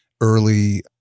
early